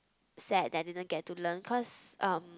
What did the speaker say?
sad that I didn't get to learn cause um